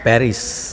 Paris